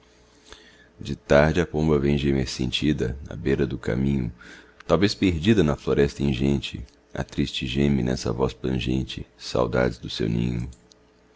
de tarde a pomba vem gemer sentida à beira do caminho talvez perdida na floresta ingente a triste geme nessa voz plangente saudades do seu ninho